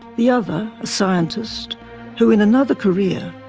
the other a scientist who, in another career,